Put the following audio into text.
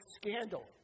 scandal